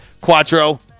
Quattro